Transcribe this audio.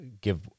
give